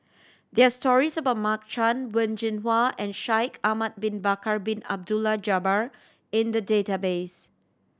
there're stories about Mark Chan Wen Jinhua and Shaikh Ahmad Bin Bakar Bin Abdullah Jabbar in the database